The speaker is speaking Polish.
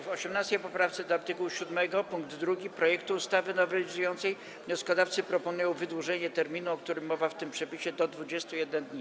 W 18. poprawce do art. 7 pkt 2 projektu ustawy nowelizującej wnioskodawcy proponują wydłużenie terminu, o którym mowa w tym przepisie, do 21 dni.